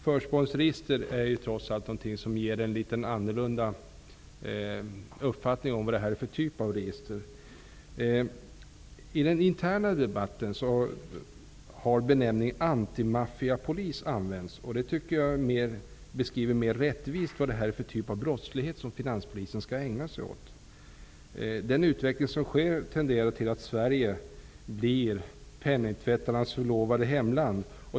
Förspaninsregister ger trots allt en litet annorlunda uppfattning om vad för typ av register det här är fråga om. I den interna debatten har benämningen antimaffiapolis använts. Jag tycker att den benämningen mera rättvist beskriver vad det är för typ av brottslighet som Finanspolisen skall ägna sig åt. Den utveckling som sker tenderar att resultera i att Sverige blir penningtvättarnas förlovade hemland.